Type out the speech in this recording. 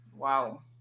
wow